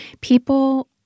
people